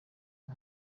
uyu